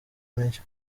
menshi